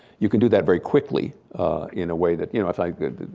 you can do that very quickly in a way that you know,